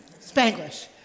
Spanglish